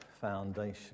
foundation